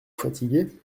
fatigué